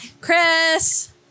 Chris